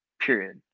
period